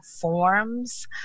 forms